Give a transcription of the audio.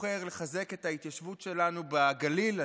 בוחר לחזק את ההתיישבות שלנו בגליל,